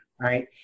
right